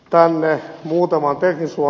päälle muutama chisu